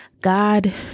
God